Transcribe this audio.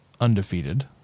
undefeated